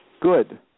Good